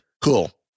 Cool